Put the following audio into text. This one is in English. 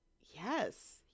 yes